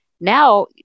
now